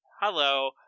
Hello